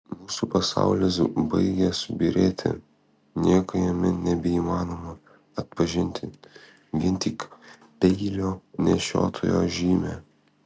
mūsų pasaulis baigia subyrėti nieko jame nebeįmanoma atpažinti vien tik peilio nešiotojo žymę